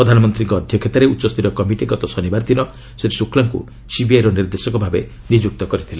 ପ୍ରଧାନମନ୍ତ୍ରୀଙ୍କ ଅଧ୍ୟକ୍ଷତାରେ ଉଚ୍ଚସ୍ତରୀୟ କମିଟି ଗତ ଶନିବାର ଦିନ ଶ୍ରୀ ଶୁକ୍ଲାଙ୍କୁ ସିବିଆଇର ନିର୍ଦ୍ଦେଶକ ଭାବେ ନିଯୁକ୍ତ କରିଥିଲେ